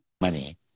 money